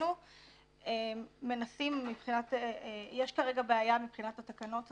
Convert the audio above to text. להבין שיש כרגע בעיה מבחינת התקנות.